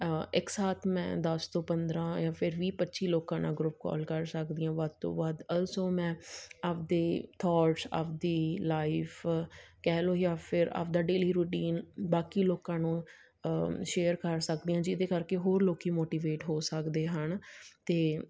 ਇੱਕ ਸਾਥ ਮੈਂ ਦਸ ਤੋਂ ਪੰਦਰ੍ਹਾਂ ਜਾਂ ਫਿਰ ਵੀਹ ਪੱਚੀ ਲੋਕਾਂ ਨਾਲ ਗਰੁੱਪ ਕਾਲ ਕਰ ਸਕਦੀ ਹਾਂ ਵੱਧ ਤੋਂ ਵੱਧ ਅਲਸੋ ਮੈਂ ਆਪਦੇ ਥੋਟਸ ਆਪਦੀ ਲਾਈਫ ਕਹਿ ਲਓ ਜਾਂ ਫਿਰ ਆਪਦਾ ਡੇਲੀ ਰੂਟੀਨ ਬਾਕੀ ਲੋਕਾਂ ਨੂੰ ਸ਼ੇਅਰ ਕਰ ਸਕਦੀ ਹਾਂ ਜਿਹਦੇ ਕਰਕੇ ਹੋਰ ਲੋਕ ਮੋਟੀਵੇਟ ਹੋ ਸਕਦੇ ਹਨ ਅਤੇ